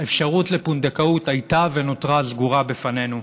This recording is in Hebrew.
שהאפשרות לפונדקאות הייתה ונותרה סגורה בפנינו.